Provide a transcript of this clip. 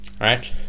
right